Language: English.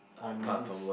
on this